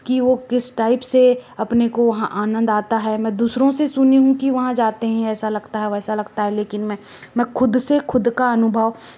कि वो किस टाइप से अपने को वहाँ आनंद आता है मैं दूसरों से सुनी हूँ कि वहाँ जाते हैं ऐसा लगता है वैसा लगता है लेकिन मैं मैं खुद से खुद का अनुभव